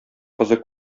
кызы